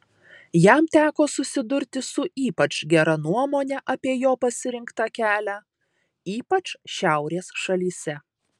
jam teko susidurti su ypač gera nuomone apie jo pasirinktą kelią ypač šiaurės šalyse